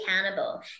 accountable